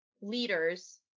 leaders